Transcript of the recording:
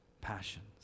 passions